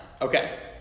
Okay